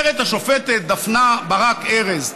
אומרת השופטת דפנה ברק-ארז: